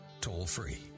toll-free